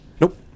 Nope